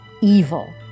EVIL